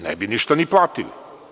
Ne bi ništa ni platili.